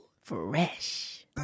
Fresh